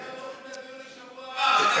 למה לא דוחים את הדיון לשבוע הבא?